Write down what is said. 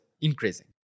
increasing